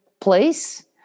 place